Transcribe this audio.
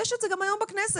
זה קיים גם היום בכנסת,